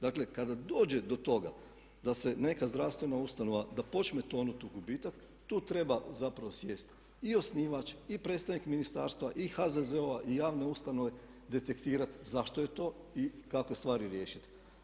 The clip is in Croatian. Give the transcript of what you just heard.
Dakle, kada dođe do toga da se neka zdravstvena ustanova da počne tonuti u gubitak tu treba zapravo sjesti i osnivač i predstavnik ministarstva i HZZO-a i javne ustanove detektirati zašto je to i kako stvari riješiti.